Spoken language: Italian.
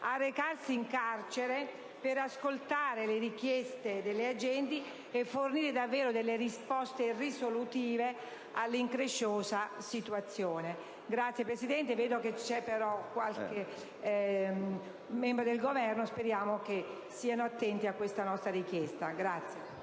a recarsi in carcere per ascoltare le richieste delle agenti e a fornire davvero delle risposte risolutive all'incresciosa situazione; vedo che c'è qualche membro del Governo, e spero siano attenti a questa nostra richiesta.